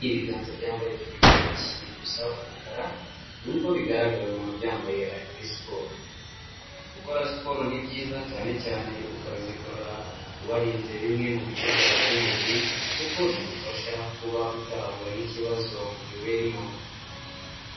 Ibiganza byambaye uturindantoki dusa umukara, nkuko bigaragara umuntu ubyambaye ari muri siporo. Gukora siporo ni byiza cyane cyane ukazikora, warinze bimwe mu bice byawe by'umubiri kuko bigufasha kuba utahura n'ikibazo gihe uhuye n'impanuka.